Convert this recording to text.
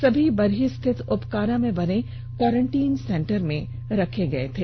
सभी बरही स्थित उपकारा में बने क्वारेन्टीन सेंटर में रखे गए थे